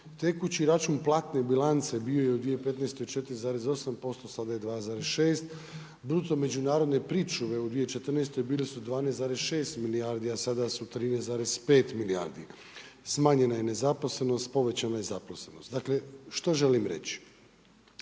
Tekući račun platne bilance bio je u 2015. bio je 4,8& sada je 2,6, bruto međunarodne pričuve u 2014. bili su 12,6 milijardi a sada su 13,5 milijardi. Smanjena je nezaposlenost, povećana je zaposlenost. Dakle, što želim reći?